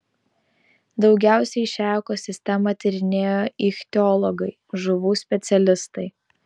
daugiausiai šią ekosistemą tyrinėjo ichtiologai žuvų specialistai